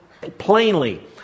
plainly